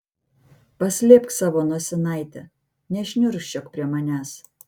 paslėpk savo nosinaitę nešniurkščiok prie manęs